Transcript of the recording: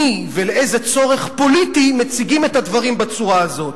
מי ולאיזה צורך פוליטי מציגים את הדברים בצורה הזאת.